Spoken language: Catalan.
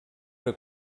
era